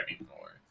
anymore